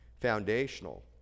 foundational